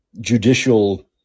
judicial